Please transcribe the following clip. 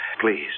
Please